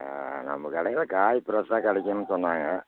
நம்ம கடையில் காய் ஃப்ரெஷ்ஷாக கிடைக்குன்னு சொன்னாங்க